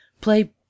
play